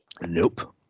nope